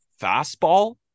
fastball